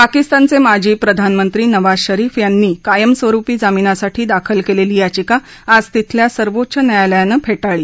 पाकिस्तानचे माजी प्रधानमंत्री नवाझ शरीफ यांनी कायमस्वरुपी जामिनासाठी दाखल केलेली याचिका आज तिथल्या सर्वोच्च न्यायालयानं फेटाळली